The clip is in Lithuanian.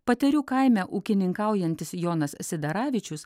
patyrių kaime ūkininkaujantis jonas sidaravičius